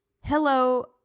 hello